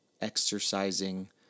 exercising